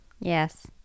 Yes